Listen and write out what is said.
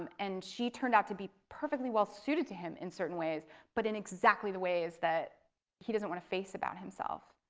um and she turned out to be perfectly well suited to him in certain ways but in exactly the ways that he doesn't want to face about himself.